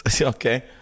Okay